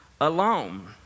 alone